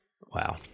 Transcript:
Wow